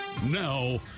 Now